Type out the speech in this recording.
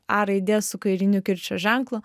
a raidė su kairiniu kirčio ženklu